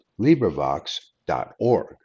LibriVox.org